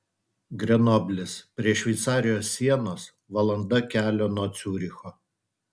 grenoblis prie šveicarijos sienos valanda kelio nuo ciuricho